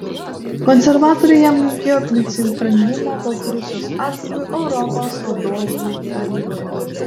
konservatoriai jam linkėjo principingumo baltarusijos atžvilgiu europos vadovų taryboje